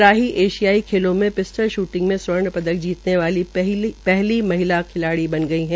राही एशियाई खेलों मे पिस्टल श्र्टिंग में स्वर्ण पदक जीतन वाली पहली महिला खिलाड़ी बन गई है